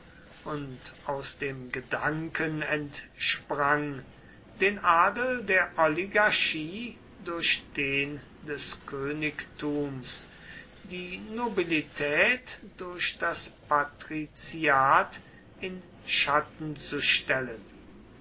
und aus dem gedanken entsprang den adel der oligarchie durch den des königtums die nobilität durch das patriziat in schatten zu stellen